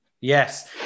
Yes